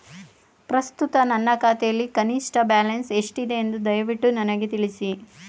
ಪ್ರಸ್ತುತ ನನ್ನ ಖಾತೆಯಲ್ಲಿ ಕನಿಷ್ಠ ಬ್ಯಾಲೆನ್ಸ್ ಎಷ್ಟಿದೆ ಎಂದು ದಯವಿಟ್ಟು ನನಗೆ ತಿಳಿಸಿ